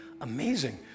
amazing